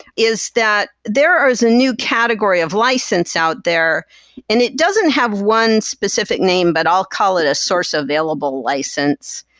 is that there is a new category of license out there and it doesn't have one specific name, but i'll call it a source available license.